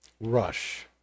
rush